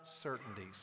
certainties